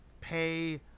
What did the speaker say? pay